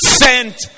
sent